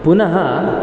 पुनः